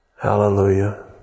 Hallelujah